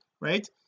right